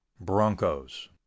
broncos